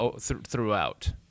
throughout